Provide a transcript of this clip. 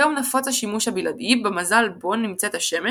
כיום נפוץ השימוש הבלעדי במזל בו נמצאת השמש